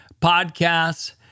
podcasts